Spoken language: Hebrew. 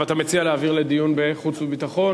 ואתה מציע להעביר לדיון בחוץ וביטחון?